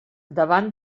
davant